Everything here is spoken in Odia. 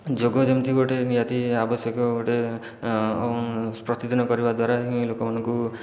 ଯୋଗ ଯେମିତି ଗୋଟିଏ ନିହାତି ଆବଶ୍ୟକ ଗୋଟିଏ ପ୍ରତିଦିନ କରିବା ଦ୍ୱାରା ହିଁ ଲୋକମାନଙ୍କୁ